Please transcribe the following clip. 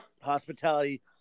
hospitality